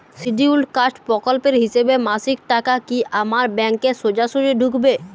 Scheduled caste প্রকল্পের হিসেবে মাসিক টাকা কি আমার ব্যাংকে সোজাসুজি ঢুকবে?